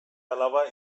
alaba